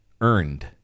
earned